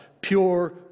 Pure